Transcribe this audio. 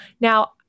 now